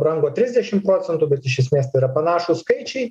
brango trisdešim procentų bet iš esmės tai yra panašūs skaičiai